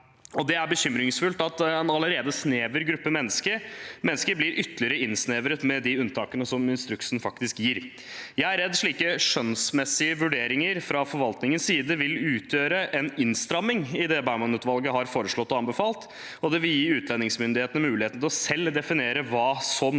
Det er bekymringsfullt at en allerede snever gruppe mennesker blir ytterligere innsnevret med de unntakene instruksen faktisk gir. Jeg er redd slike skjønnsmessige vurderinger fra forvaltningens side vil utgjøre en innstramming i det Baumannutvalget har foreslått og anbefalt. Det vil gi utlendingsmyndighetene muligheten til selv å definere hva som skal være